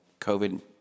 COVID